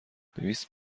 دویست